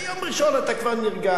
וביום ראשון אתה כבר נרגע,